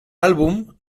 álbum